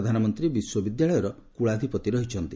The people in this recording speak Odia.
ପ୍ରଧାନମନ୍ତ୍ରୀ ବିଶ୍ୱବିଦ୍ୟାଳୟର କୂଳାଧିପତି ରହିଛନ୍ତି